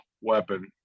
weapon